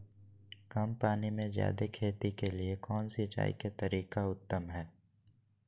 कम पानी में जयादे खेती के लिए कौन सिंचाई के तरीका उत्तम है?